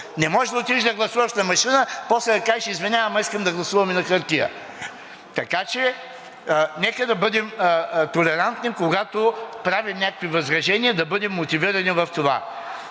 Не може да отидеш да гласуваш на машина, после да кажеш: „Извинявай, ама искам да гласувам и на хартия.“ Нека да бъдем толерантни. Когато правим някакви възражения, да бъдем мотивирани в това.